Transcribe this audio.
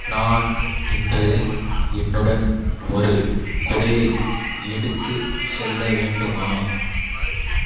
நான் இன்று என்னுடன் ஒரு குடையை எடுத்துச் செல்ல வேண்டுமா